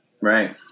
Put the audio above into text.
Right